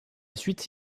suite